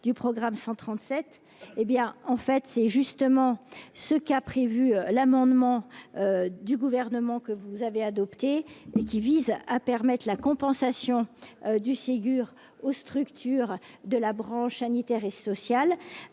du programme 137 hé bien en fait, c'est justement ce qu'a prévu l'amendement du gouvernement que vous avez adoptées et qui visent à permettre la compensation du Ségur aux structures de la branche sanitaire et sociale